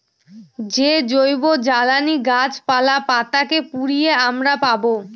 যে জৈবজ্বালানী গাছপালা, পাতা কে পুড়িয়ে আমরা পাবো